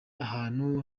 ahantu